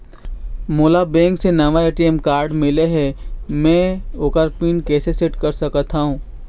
मोला बैंक से नावा ए.टी.एम कारड मिले हे, म ओकर पिन कैसे सेट कर सकत हव?